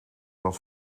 dat